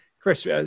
chris